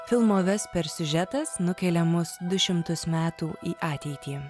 filmo vesper siužetas nukelia mus du šimtus metų į ateitį